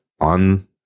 on